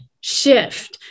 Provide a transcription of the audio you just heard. shift